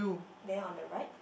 then on the right